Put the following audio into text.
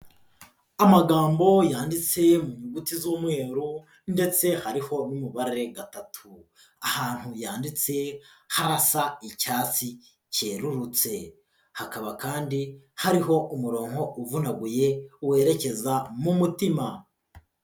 Amagambo yanditse mu nyuguti z'umweru ndetse hariho n'umubare gatatu. Ahantu yanditse harasa icyatsi cyerurutse. Hakaba kandi hariho umurongo uvunaguye werekeza mu mutima.